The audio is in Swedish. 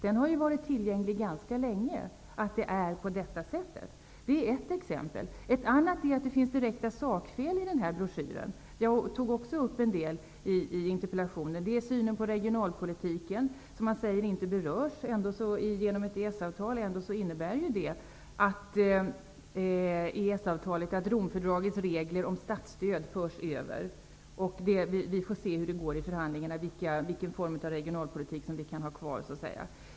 Informationen om att det är på detta sätt har ju varit tillgänglig ganska länge. Det är ett exempel. Ett annat exempel är att det finns direkta sakfel i broschyren. Jag tog upp en del av dem i interpellationen. Det är synen på regionalpolitiken, som man säger inte berörs. Ändå innebär EES avtalet att Romfördragets regler om statsstöd förs över. Vi får se hur det går i förhandlingarna, vilken form av regionalpolitik som vi kan ha kvar.